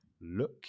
look